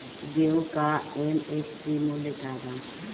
गेहू का एम.एफ.सी मूल्य का बा?